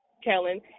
Kellen